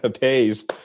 pays